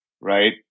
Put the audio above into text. right